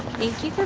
thank you for